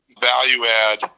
value-add